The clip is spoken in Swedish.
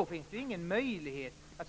Det finns ingen möjlighet att